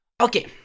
Okay